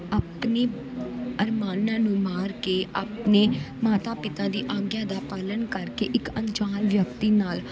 ਆਪਣੇ ਅਰਮਾਨਾਂ ਨੂੰ ਮਾਰ ਕੇ ਆਪਣੇ ਮਾਤਾ ਪਿਤਾ ਦੀ ਆਗਿਆ ਦਾ ਪਾਲਣ ਕਰਕੇ ਇੱਕ ਅਣਜਾਣ ਵਿਅਕਤੀ ਨਾਲ਼